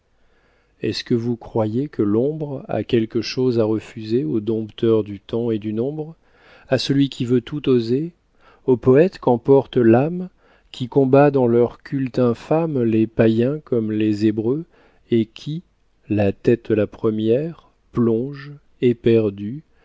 est-ce que vous croyez que l'ombre a quelque chose à refuser au dompteur du temps et du nombre à celui qui veut tout oser au poète qu'emporte l'âme qui combat dans leur culte infâme les payens comme les hébreux et qui la tête la première plonge éperdu